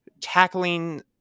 tackling